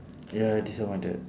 ya disappointed